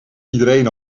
iedereen